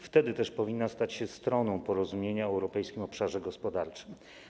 Wtedy też powinna stać się stroną porozumienia o Europejskim Obszarze Gospodarczym.